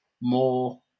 More